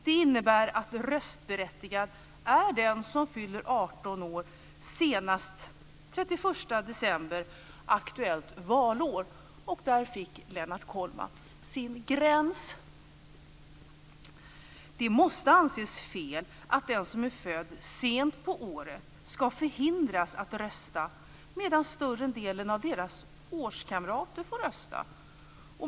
Det innebär att den som fyller 18 år senast den 31 december aktuellt valår är röstberättigad - där fick Lennart Kollmats sin gräns. Det måste anses fel att de som är födda sent på året ska förhindras att rösta medan större delen av deras årskamrater får rösta.